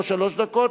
לא שלוש דקות,